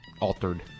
altered